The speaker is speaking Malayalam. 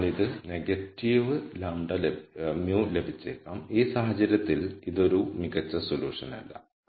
അതിനാൽ ഇത് നെഗറ്റീവ് μ ലഭിച്ചേക്കാം ഈ സാഹചര്യത്തിൽ ഇത് ഒരു മികച്ച സൊല്യൂഷൻ അല്ല